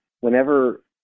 whenever